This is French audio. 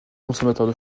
consommateurs